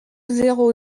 zéro